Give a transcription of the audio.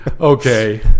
okay